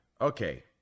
Okay